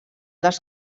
dels